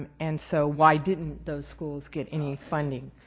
and so why didn't those schools get any funding